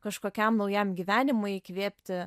kažkokiam naujam gyvenimui įkvėpti